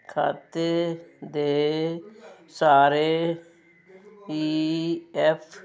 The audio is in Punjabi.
ਖਾਤੇੇ ਦੇ ਸਾਰੇ ਈ ਐੱਫ